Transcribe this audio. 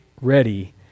ready